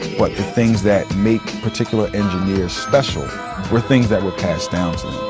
but the things that make particular engineers special were things that were passed down to